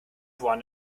one